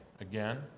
again